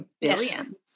billions